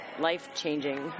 life-changing